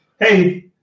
Hey